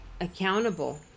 accountable